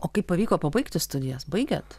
o kaip pavyko pabaigti studijas baigėt